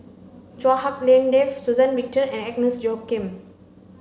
Chua Hak Lien Dave Suzann Victor and Agnes Joaquim